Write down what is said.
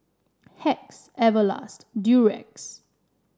Hacks Everlast and Durex